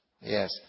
Yes